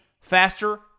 faster